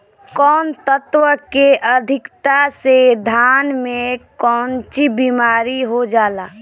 कौन तत्व के अधिकता से धान में कोनची बीमारी हो जाला?